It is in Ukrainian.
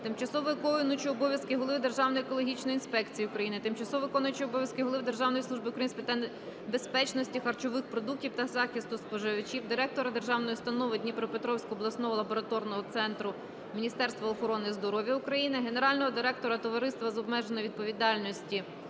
тимчасово виконуючого обов'язки Голови Державної екологічної інспекції України, тимчасово виконуючої обов'язки Голови Державної служби України з питань безпечності харчових продуктів та захисту споживачів, директора Державної установи "Дніпропетровського обласного лабораторного центру Міністерства охорони здоров'я України", Генерального директора Товариства з обмеженою відповідальністю